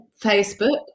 facebook